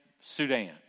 Sudan